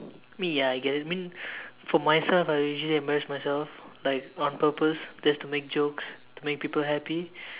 mean ya I get it mean for myself I usually embarrass myself like on purpose just to make jokes to make people happy